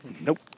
nope